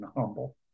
humble